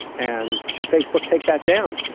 and should facebook take that down?